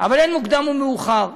אבל אין מוקדם ומאוחר,